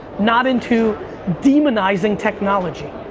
not into demonizing technology.